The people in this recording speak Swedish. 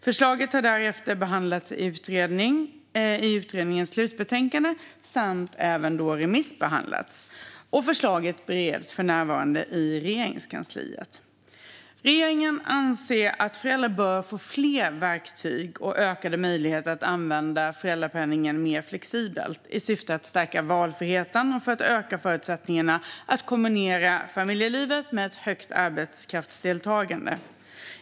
Förslaget har därefter behandlats i utredningens slutbetänkande och även remissbehandlats. Förslaget bereds för närvarande i Regeringskansliet. Regeringen anser att föräldrar bör få fler verktyg och ökade möjligheter att använda föräldrapenningen mer flexibelt i syfte att stärka valfriheten och öka förutsättningarna att kombinera familjeliv och högt arbetskraftsdeltagande.